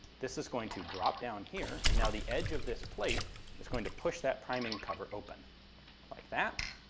this is going to drop down here and now the edge of this plate is going to push that priming cover open like that,